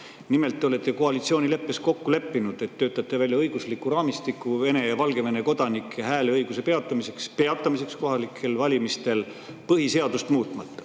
Nimelt, te olete koalitsioonileppes kokku leppinud, et töötate välja õigusliku raamistiku Vene ja Valgevene kodanike hääleõiguse peatamiseks kohalikel valimistel põhiseadust muutmata.